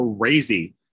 crazy